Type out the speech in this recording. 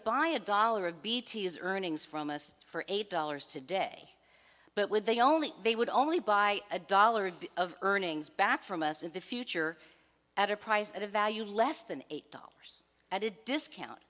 buy a dollar of bts earnings from us for eight dollars today but would they only they would only buy a dollar of earnings back from us in the future at a price at a value less than eight dollars at a discount